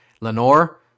Lenore